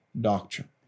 doctrine